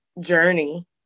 journey